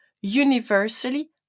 universally